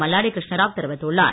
மல்லாடி கிருஷ்ணராவ் தெரிவித்துள்ளார்